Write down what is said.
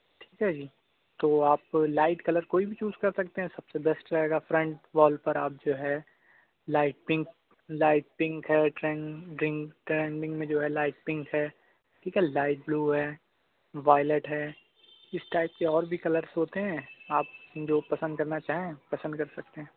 ٹھیک ہے جی تو آپ لائٹ کلر کوئی بھی چوز کر سکتے ہیں سب سے بیسٹ رہے گا فرنٹ وال پر آپ جو ہے لائٹ پنک لائٹ پنک ہے ٹرین ڈنگ ٹرینڈنگ میں جو ہے لائٹ پنک ہے ٹھیک ہے لائٹ بلو ہے وائلٹ ہے اس ٹائپ کے اور بھی کلرز ہوتے ہیں آپ جو پسند کرنا چاہیں پسند کر سکتے ہیں